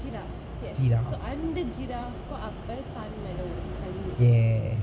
giraff yes so அந்த:andha giraff அப்ப சண்ட நடந்துது:appa sanda nadanthuthu